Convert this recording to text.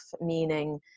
meaning